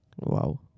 Wow